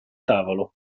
tavolo